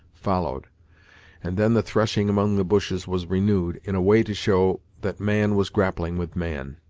followed and then the threshing among the bushes was renewed, in a way to show that man was grappling with man.